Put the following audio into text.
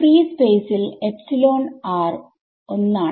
free സ്പേസിൽ epsilon r ഒന്ന് ആണ്